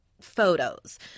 photos